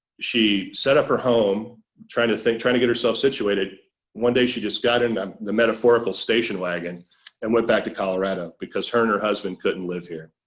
she set up her home trying to think trying to get herself situated one day she just got in the metaphorical station wagon and went back to colorado because her and her husband couldn't live here.